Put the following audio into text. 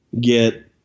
get